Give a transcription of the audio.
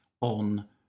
on